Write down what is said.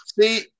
see